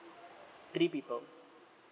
three people